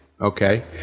okay